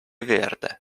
verde